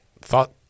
thought